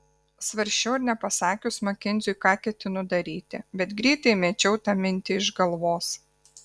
svarsčiau ar nepasakius makenziui ką ketinu daryti bet greitai mečiau tą mintį iš galvos